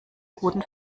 guten